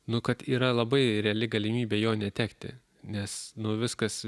nu kad yra labai reali galimybė jo netekti nes nu viskas